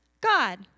God